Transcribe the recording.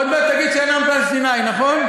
עוד מעט תגיד שאין עם פלסטיני, נכון?